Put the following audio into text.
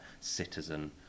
citizen